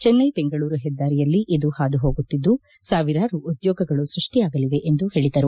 ಚೆನ್ವೈ ಬೆಂಗಳೂರು ಹೆದ್ದಾರಿಯಲ್ಲಿ ಇದು ಹಾದುಹೋಗುತ್ತಿದ್ದು ಸಾವಿರಾರು ಉದ್ಯೋಗಗಳು ಸೃಷ್ಠಿಯಾಗಲಿವೆ ಎಂದು ಹೇಳಿದರು